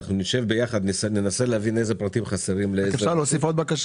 נשב וננסה לראות איזה פרטים חסרים לאיזו רשות